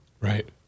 Right